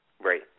right